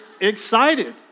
excited